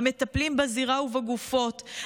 המטפלים בזירה ובגופות,